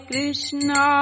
Krishna